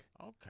Okay